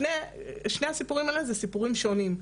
שני הסיפורים האלה אלה סיפורים שונים,